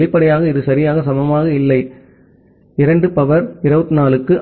வெளிப்படையாக இது சரியாக சமமாக இல்லை 2 சக்தி 24 க்கு